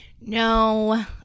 No